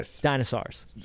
dinosaurs